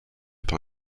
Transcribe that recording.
par